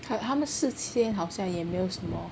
他他们事前好像也没有什么